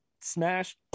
Smash